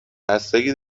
بستگی